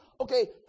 okay